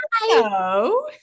Hello